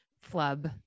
flub